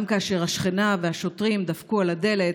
גם כאשר השכנה והשוטרים דפקו על הדלת,